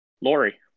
Lori